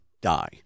die